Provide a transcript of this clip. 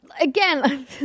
Again